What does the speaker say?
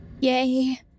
Yay